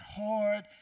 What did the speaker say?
hard